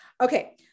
Okay